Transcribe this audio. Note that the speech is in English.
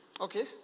okay